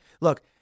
Look